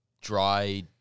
dry